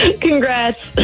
Congrats